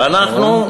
משפט אחרון.